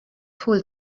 dħul